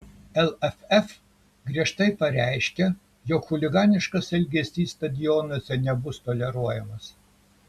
lff griežtai pareiškia jog chuliganiškas elgesys stadionuose nebus toleruojamas